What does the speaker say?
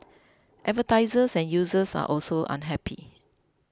advertisers and users are also unhappy